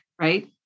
right